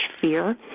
fear